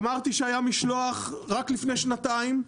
אמרתי שהיה משלוח רק לפני שנתיים,